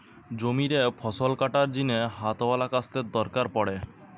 জমিরে ফসল কাটার জিনে হাতওয়ালা কাস্তের দরকার পড়ে